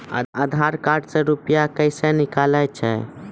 आधार कार्ड से रुपये कैसे निकलता हैं?